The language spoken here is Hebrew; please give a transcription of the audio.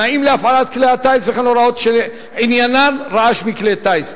תנאים להפעלת כלי טיס וכן הוראות שעניינן רעש מכלי טיס.